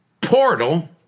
portal